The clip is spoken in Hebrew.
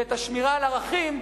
ואת השמירה על ערכים,